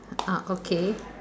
ah okay